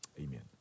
Amen